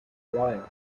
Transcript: lawyer